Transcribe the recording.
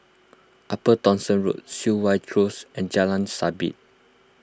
Upper Thomson Road Siok Wan Close and Jalan Sabit